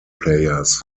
players